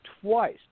twice